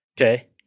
Okay